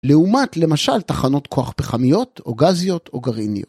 ‫לעומת למשל תחנות כוח פחמיות ‫או גזיות או גרעיניות.